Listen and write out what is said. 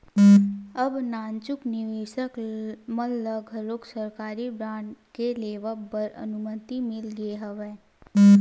अब नानचुक निवेसक मन ल घलोक सरकारी बांड के लेवब बर अनुमति मिल गे हवय